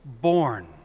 born